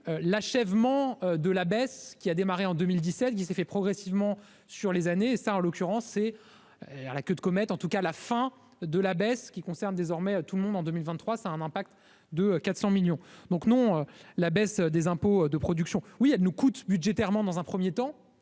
l'achèvement de la baisse qui a démarré en 2017 qui s'est fait progressivement sur les années ça en l'occurrence, c'est à la queue de comète en tout cas la fin de la baisse qui concerne désormais à tout le monde en 2023, ça a un impact de 400 millions donc non, la baisse des impôts de production oui elle nous coûte budgétairement dans un 1er temps